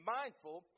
mindful